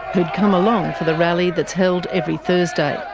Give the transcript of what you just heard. who'd come along for the rally that's held every thursday.